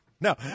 no